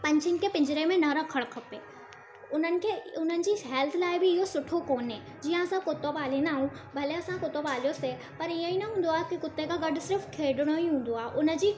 पंछियुनि खे पिंजरे में न रखणु खपे उन्हनि खे उन्हनि जी हेल्थ लाइ बि इहो सुठो कोन्हे जीअं असां कुतो पालींदा आहियूं भले असां कुतो पालियोसे पर इअं ई न हूंदो आहे की कुते सां गॾु सिर्फ़ु खेॾिणो ई हूंदो आहे उन जी